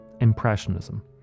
impressionism